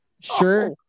sure